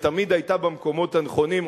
ותמיד היתה במקומות הנכונים,